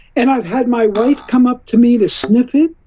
and i've had my wife come up to me to sniff it,